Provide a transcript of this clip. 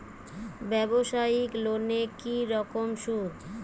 ব্যবসায়িক লোনে কি রকম সুদ?